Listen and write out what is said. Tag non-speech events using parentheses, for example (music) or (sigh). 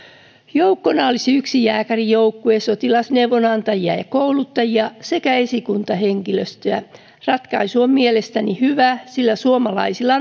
joukkoina olisi yksi jääkärijoukkue sotilasneuvonantajia ja kouluttajia sekä esikuntahenkilöstöä ratkaisu on mielestäni hyvä sillä suomalaisilla (unintelligible)